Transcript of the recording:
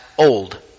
old